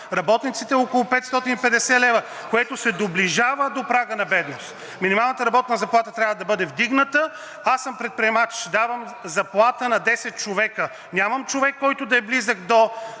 работниците, е около 550 лв., което се доближава до прага на бедност. Минималната работна заплата трябва да бъде вдигната. Аз съм предприемач, давам заплата на 10 човека. Нямам човек, който да е близък до